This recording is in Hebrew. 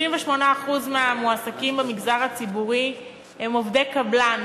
38% מהמועסקים במגזר הציבורי הם עובדי קבלן,